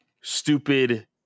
stupid